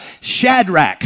Shadrach